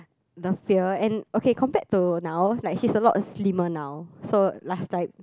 the fear and okay compared to now like she's a lot slimmer now so last time